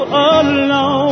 alone